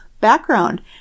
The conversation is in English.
background